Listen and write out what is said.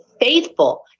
faithful